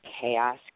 Chaos